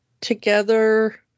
together